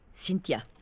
Cynthia